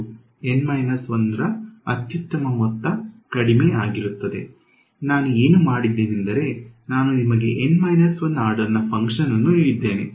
N 1 ರ ಅತ್ಯುತ್ತಮ ಮೊತ್ತ ಕಡಿಮೆ ಆಗಿರುತ್ತದೆ ನಾನು ಏನು ಮಾಡಿದ್ದೇನೆಂದರೆ ನಾನು ನಿಮಗೆ N 1 ಆರ್ಡರ್ ನ ಫಂಕ್ಷನ್ ಅನ್ನು ನೀಡಿದ್ದೇನೆ